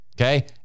okay